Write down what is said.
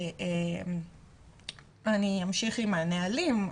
אני אמשיך עם הנהלים.